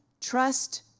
trust